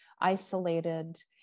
isolated